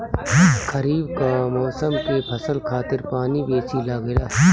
खरीफ कअ मौसम के फसल खातिर पानी बेसी लागेला